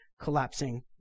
collapsing